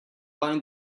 bind